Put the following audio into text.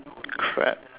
crap